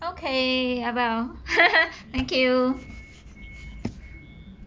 okay abel thank you